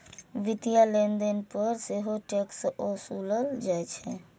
वित्तीय लेनदेन पर सेहो टैक्स ओसूलल जाइ छै